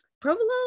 Provolone